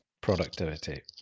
productivity